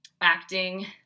acting